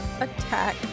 attack